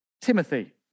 Timothy